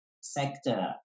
sector